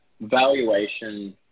valuation